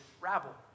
rabble